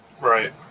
Right